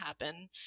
happen